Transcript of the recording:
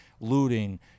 looting